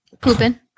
Pooping